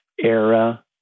era